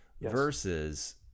versus